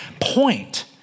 point